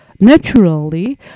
Naturally